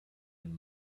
and